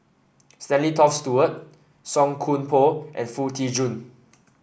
Stanley Toft Stewart Song Koon Poh and Foo Tee Jun